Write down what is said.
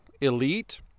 elite